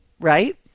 Right